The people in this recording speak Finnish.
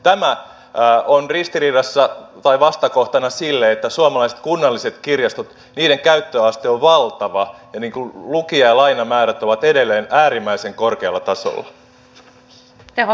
tämä on vastakohtana sille että suomalaisten kunnallisten kirjastojen käyttöaste on valtava ja niiden lukija ja lainamäärät ovat edelleen äärimmäisen korkealla tasolla